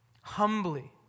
humbly